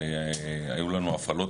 אנחנו לא ערוכים למלחמה הבאה.